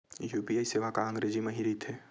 UPI सेवा का अंग्रेजी मा रहीथे?